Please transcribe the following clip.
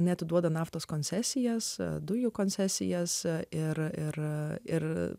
neatiduoda naftos koncesijas dujų koncesijas ir ir ir